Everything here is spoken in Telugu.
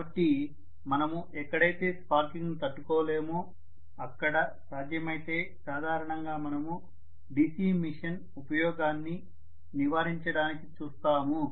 కాబట్టి మనము ఎక్కడైతే స్పార్కింగ్ను తట్టుకోలేమో అక్కడ సాధ్యమైతే సాధారణంగా మనము DC మెషిన్ ఉపయోగాన్ని నివారించడానికి చూస్తాము